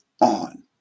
on